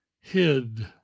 hid